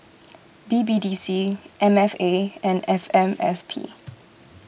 B B D C M F A and F M S P